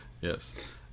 Yes